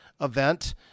event